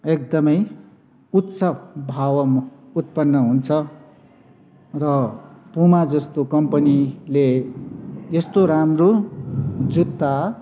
एकदमै उच्च भाव उत्पन्न हुन्छ र पुमा जस्तो कम्पनीले यस्तो राम्रो जुत्ता